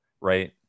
Right